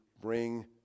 bring